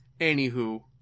Anywho